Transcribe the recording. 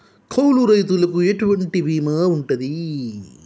కౌలు రైతులకు ఎటువంటి బీమా ఉంటది?